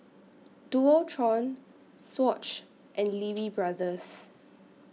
Dualtron Swatch and Lee Wee Brothers